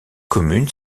commune